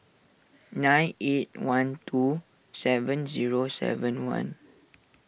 nine eight one two seven zero seven one